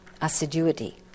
assiduity